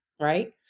Right